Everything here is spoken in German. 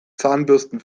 zahnbürsten